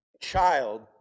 Child